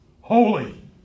holy